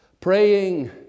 praying